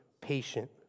patient